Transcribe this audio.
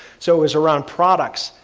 so, is around products,